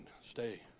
Stay